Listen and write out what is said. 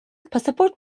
pasaport